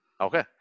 okay